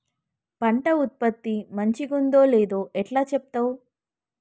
పంట ఉత్పత్తి మంచిగుందో లేదో ఎట్లా చెప్తవ్?